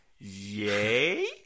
yay